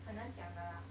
很难讲的啦